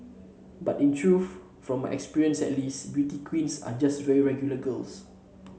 but in truth from experience at least beauty queens are just very regular girls